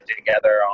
together